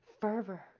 fervor